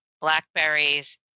blackberries